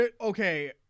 Okay